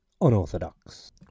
unorthodox